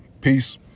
peace